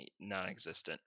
non-existent